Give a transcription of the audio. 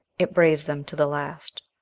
it braves them to the last.